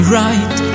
right